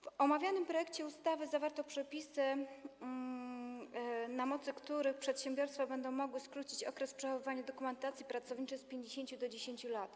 W omawianym projekcie ustawy zawarto przepisy, na mocy których przedsiębiorstwa będą mogły skrócić okres przechowywania dokumentacji pracowniczej z 50 lat do 10 lat.